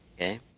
okay